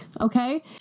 okay